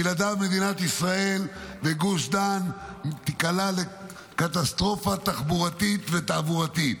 בלעדיו מדינת ישראל תיקלע בגוש דן לקטסטרופה תחבורתית ותעבורתית.